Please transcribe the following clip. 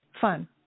fun